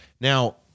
now